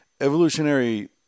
evolutionary